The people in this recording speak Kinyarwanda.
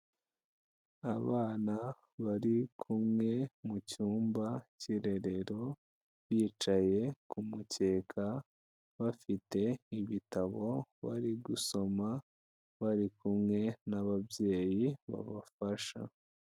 Abana bari kumwe mu cyumba cy'irerero, bicaye kumukeka bafite igitabo bari gusoma, bari kumwe n'ababyeyi babafasha.